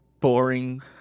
boring